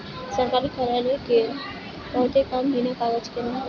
सरकारी कार्यालय क बहुते काम बिना कागज के ना होई